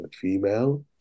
female